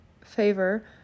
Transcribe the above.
favor